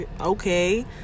okay